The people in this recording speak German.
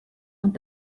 und